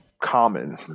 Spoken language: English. common